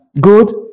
good